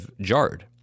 jarred